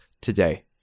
today